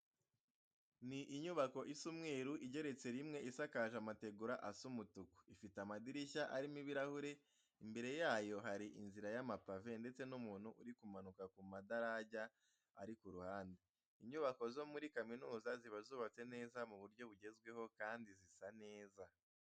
Ni inyubako isa umweru igeretse rimwe, isakaje amategura asa umutuku, ifite amadirishya arimo ibirahure. Imbere yayo hari inzira y'amapave ndetse n'umuntu uri kumanuka ku madarajya ari ku ruhande. Inyubako zo muri kaminuza ziba zubatse neza mu buryo bugezweho kandi zisa neza.